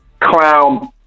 clown